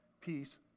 peace